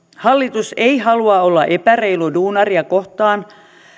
hallitus ei halua olla epäreilu duunaria kohtaan